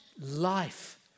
life